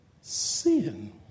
sin